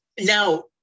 Now